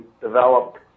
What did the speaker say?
developed